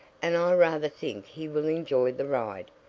and i rather think he will enjoy the ride.